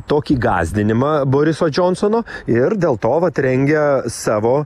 tokį gąsdinimą boriso džonsono ir dėl to vat rengia savo